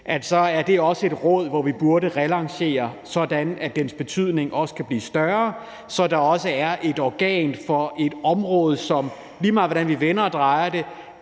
en ny dag, er et råd, vi bør relancere, så dets betydning kan blive større, og så der også er et organ for et område, som, lige meget hvordan vi vender og drejer det,